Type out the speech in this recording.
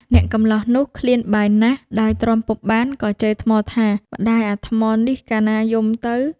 អ្នកកម្លោះនោះឃ្លានបាយណាស់ ដោយទ្រាំពុំបានក៏ជេរថ្មថា "ម្តាយអាថ្មនេះ! កាលណាយំទៅ"។